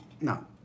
No